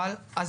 אבל, אז